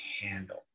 handle